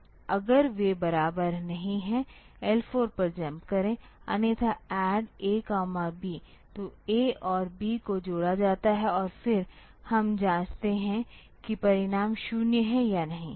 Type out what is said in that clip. तो अगर वे बराबर नहीं हैं L4 पर जम्प करे अन्यथा ADD A B तो A और B को जोड़ा जाता है और फिर हम जांचते हैं कि परिणाम 0 है या नहीं